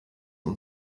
und